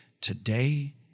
today